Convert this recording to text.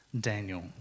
Daniel